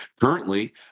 Currently